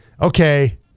okay